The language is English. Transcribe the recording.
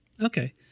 Okay